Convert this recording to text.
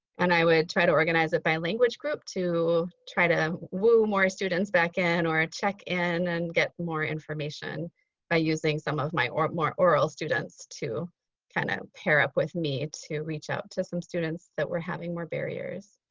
and i would try to organize it by language group to try to woo more students back in or check in and get more information by using some of my more oral students to kind of pair up with me to reach out to some students that were having more barriers.